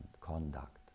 conduct